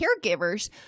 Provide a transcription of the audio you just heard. caregivers